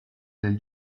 del